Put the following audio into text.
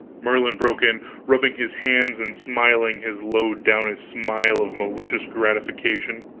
merlin broke in, rubbing his hands and smiling his lowdownest smile of malicious gratification